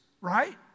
right